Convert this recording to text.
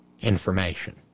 information